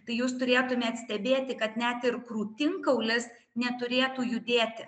tai jūs turėtumėt stebėti kad net ir krūtinkaulis neturėtų judėti